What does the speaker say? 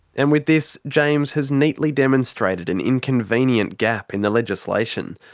and with this, james has neatly demonstrated an inconvenient gap in the legislation.